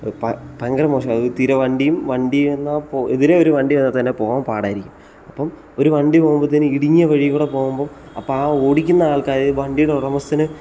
ഭയങ്കര മോശം അത് തീരെ വണ്ടിയും വണ്ടിയെന്നാൽ എതിരെ ഒരു വണ്ടി വന്നാൽ തന്നെ പോകാൻ പാടായിരിക്കും അപ്പം ഒരു വണ്ടി പോകുമ്പത്തേനും ഇടുങ്ങിയ വഴി കൂടെ പോകുമ്പോൾ അപ്പം ആ ഓടിക്കുന്ന ആൾക്കാർ വണ്ടിയുടെ ഉടമസ്ഥന്